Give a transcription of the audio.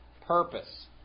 Purpose